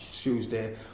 Tuesday